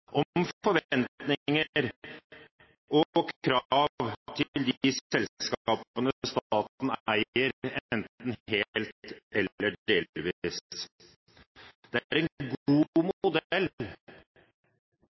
om forventninger og krav til de selskapene staten eier enten helt eller delvis. Det er